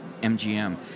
MGM